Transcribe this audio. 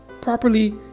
properly